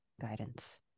guidance